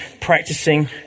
practicing